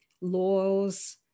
laws